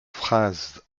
phrases